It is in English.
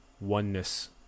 oneness